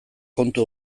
kontu